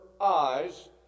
eyes